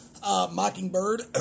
Mockingbird